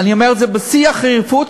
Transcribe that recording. תוארך בשלב זה בתשעה חודשים.